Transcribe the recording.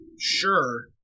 sure